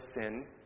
sin